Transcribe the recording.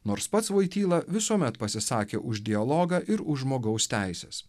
nors pats voityla visuomet pasisakė už dialogą ir už žmogaus teises